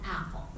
apple